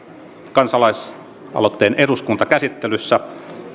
kansalaisaloitteen eduskuntakäsittelyssä